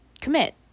commit